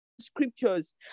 scriptures